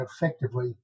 effectively